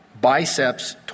Biceps